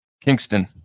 Kingston